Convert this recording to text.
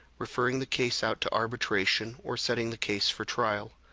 referring the case out to arbitration, or setting the case for trial.